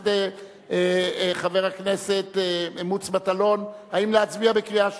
חבר הכנסת מוץ מטלון, האם להצביע בקריאה שלישית?